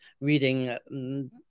reading